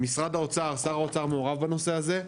משרד האוצר, שר האוצר מעורב בנושא הזה,